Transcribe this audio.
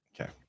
okay